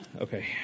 Okay